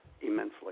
immensely